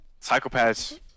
psychopaths